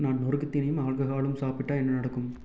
நான் நொறுக்குத் தீனியும் ஆல்கஹாலும் சாப்பிட்டால் என்ன நடக்கும்